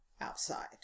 outside